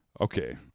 Okay